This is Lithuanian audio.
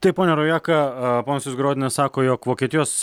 taip ponia rojaka a ponas izgorodenas sako jog vokietijos